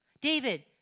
David